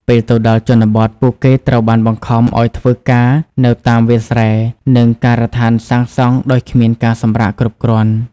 ពេលទៅដល់ជនបទ ពួកគេត្រូវបានបង្ខំឲ្យធ្វើការនៅតាមវាលស្រែ និងការដ្ឋានសាងសង់ដោយគ្មានការសម្រាកគ្រប់គ្រាន់។